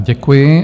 Děkuji.